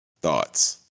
Thoughts